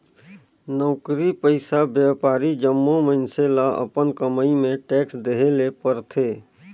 नउकरी पइसा, बयपारी जम्मो मइनसे ल अपन कमई में टेक्स देहे ले परथे